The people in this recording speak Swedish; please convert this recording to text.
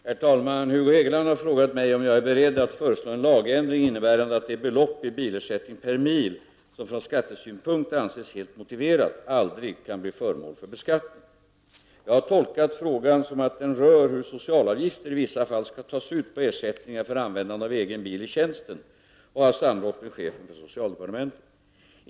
Herr talman! Hugo Hegeland har frågat mig om jag är beredd att föreslå en lagändring, innebärande att det belopp i bilersättning per mil, som från skattesynpunkt anses helt motiverat, aldrig kan bli föremål för beskattning. Jag har tolkat frågan som att den rör hur socialavgifter i vissa fall skall tas ut på ersättningar för användande av egen bil i tjänsten och har samrått med chefen för socialdepartementet.